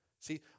See